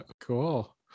Cool